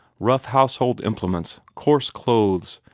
rough household implements, coarse clothes,